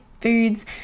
foods